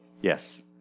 Yes